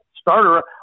starter